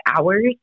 hours